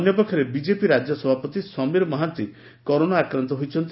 ସେହିପରି ବିଜେପି ରାକ୍ୟ ସଭାପତି ସମୀର ମହାନ୍ତି କରୋନାରେ ଆକ୍ରାନ୍ତ ହୋଇଛନ୍ତି